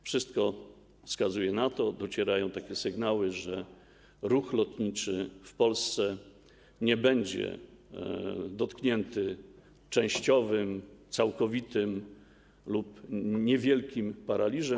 Wszystko wskazuje na to, docierają takie sygnały, że ruch lotniczy w Polsce nie będzie dotknięty częściowym, całkowitym ani niewielkim paraliżem.